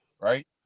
right